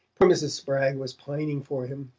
poor mrs. spragg was pining for him,